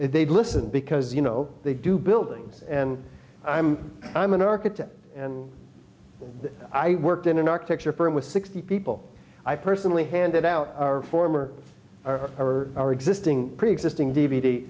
if they'd listen because you know they do buildings and i'm i'm an architect and i worked in an architecture firm with sixty people i personally handed out our former our our existing preexisting d